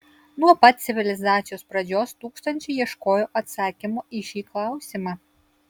nuo pat civilizacijos pradžios tūkstančiai ieškojo atsakymo į šį klausimą